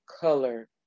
color